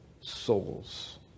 souls